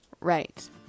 right